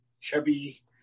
chubby